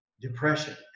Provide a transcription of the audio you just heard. depression